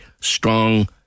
strong